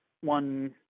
one